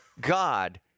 God